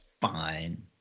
fine